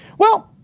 well,